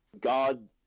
god